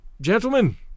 Gentlemen